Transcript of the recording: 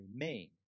remain